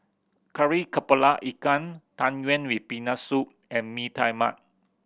Kari Kepala Ikan Tang Yuen with Peanut Soup and Mee Tai Mak